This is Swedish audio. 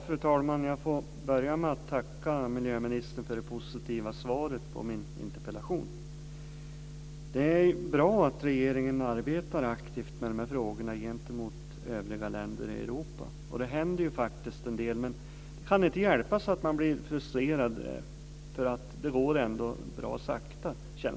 Fru talman! Jag får börja med att tacka miljöministern för det positiva svaret på min interpellation. Det är bra att regeringen arbetar aktivt med frågorna gentemot övriga länder i Europa. Det händer faktiskt en del. Men det kan inte hjälpas att man blir frustrerad. Det känns som om det går sakta.